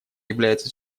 является